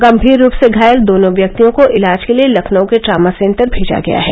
गंभीर रूप से घायल दोनों व्यक्तियों को इलाज के लिए लखनऊ के ट्रामा सेंटर भेजा गया है